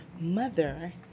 mother